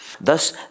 Thus